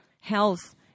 health